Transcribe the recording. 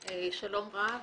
שלום רב,